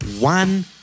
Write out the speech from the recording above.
one